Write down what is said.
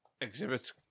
Exhibits